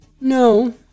No